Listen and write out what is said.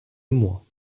émoi